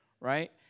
Right